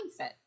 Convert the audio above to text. mindset